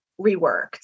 reworked